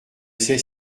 sait